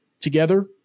together